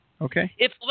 Okay